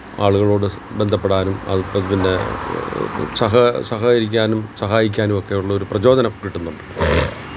ആളുകളോട് ബന്ധപ്പെടാനും പിന്നെ സഹ സഹകരിക്കാനും സഹായിക്കാനുമൊക്കെയുള്ളൊരു പ്രചോദനം കിട്ടുന്നുണ്ട്